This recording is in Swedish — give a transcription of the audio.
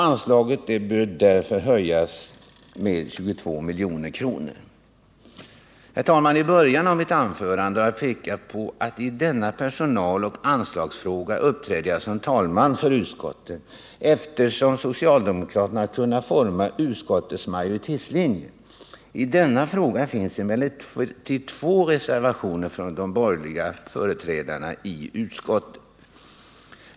Anslaget bör därför höjas med 22 milj.kr. Herr talman! I början av mitt anförande har jag påpekat att jag i denna personaloch anslagsfråga uppträder som talesman för utskottet, eftersom socialdemokraterna har kunnat forma utskottets majoritetslinje. I den frågan finns emellertid två reservationer från de borgerliga företrädarna i utskottet.